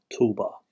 toolbar